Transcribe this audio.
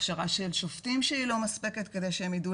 ההכשרה של שופטים שהיא לא מספקת כדי שהם ידעו